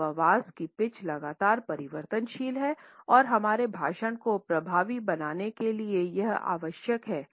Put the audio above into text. मानव आवाज़ की पिच लगातार परिवर्तनशील है और हमारे भाषण को प्रभावी बनाने के लिए यह आवश्यक है